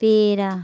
پیڑا